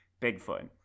Bigfoot